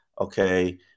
Okay